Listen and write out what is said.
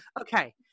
okay